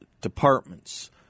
departments